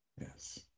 Yes